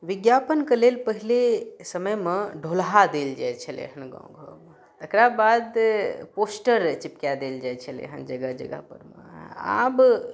विज्ञापन कऽ लेल पहिले समयमे ढोलहा देल जाय छलै हन गाँव घरमे तकरा बाद पोस्टर चिपकाए देल जाय छलै हन जगह जगह परमे आब